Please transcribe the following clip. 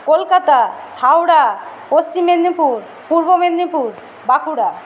Kolkata Howrah Paschim Medinipur Purba Medinipur Bankura